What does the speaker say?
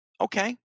okay